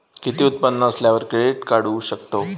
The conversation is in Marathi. किती उत्पन्न असल्यावर क्रेडीट काढू शकतव?